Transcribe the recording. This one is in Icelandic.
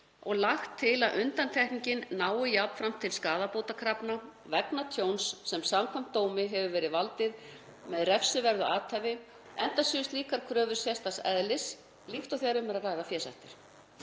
og lagt til að undantekningin nái jafnframt til skaðabótakrafna vegna tjóns sem samkvæmt dómi hefur verið valdið með refsiverðu athæfi, enda séu slíkar kröfur sérstaks eðlis líkt og þegar um er að ræða fésektir.